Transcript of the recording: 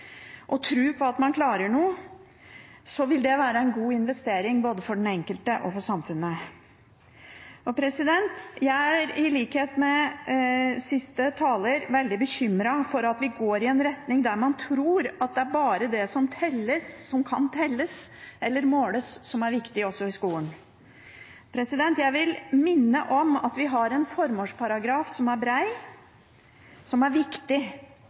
og tro på at man klarer noe, vil det være en god investering både for den enkelte og for samfunnet. Jeg er i likhet med siste taler veldig bekymret for at vi går i en retning der man tror at det er bare det som kan telles eller måles, som er viktig også i skolen. Jeg vil minne om at vi har en formålsparagraf som er bred, og som er viktig.